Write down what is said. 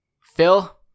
Phil